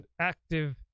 active